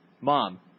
Mom